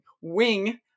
wing